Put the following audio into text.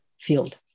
field